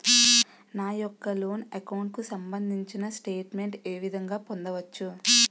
నా యెక్క loan account కు సంబందించిన స్టేట్ మెంట్ ఏ విధంగా పొందవచ్చు?